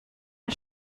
jeu